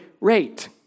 rate